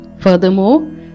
furthermore